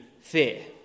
fear